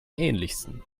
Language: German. ähnlichsten